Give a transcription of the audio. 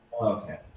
Okay